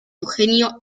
eugenio